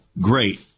great